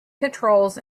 patrols